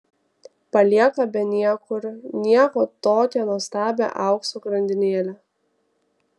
palieka be niekur nieko tokią nuostabią aukso grandinėlę